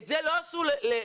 את זה לא עשו למורים.